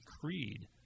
creed